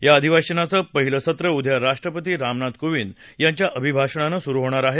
या अधिवेशनाचं पहिलं सत्र उद्या राष्ट्रपती रामनाथ कोविंद यांच्या अभिभाषणानं सुरु होणार आहे